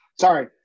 Sorry